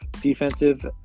Defensive